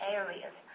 areas